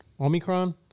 Omicron